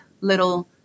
little